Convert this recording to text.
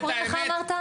איך אמרת קוראים לך?